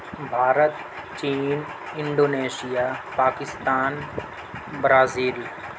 بھارت چین Indonesia Pakistan Brazil